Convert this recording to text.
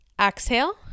Exhale